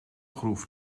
groef